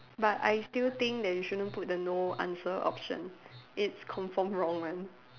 but I still think you shouldn't put the no answer option it's confirm wrong one